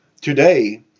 today